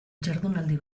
jardunaldi